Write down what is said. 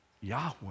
Yahweh